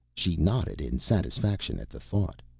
she nodded in satisfaction at the thought.